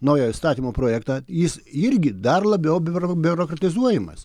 naujo įstatymo projektą jis irgi dar labiau biuro biurokratizuojamas